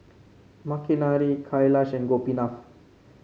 Makineni Kailash and Gopinath